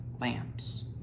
lamps